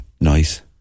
nice